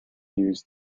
used